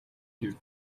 гэв